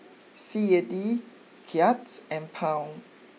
C A D Kyat and Pound